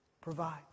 provide